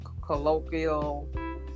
colloquial